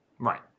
Right